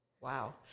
Wow